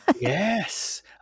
yes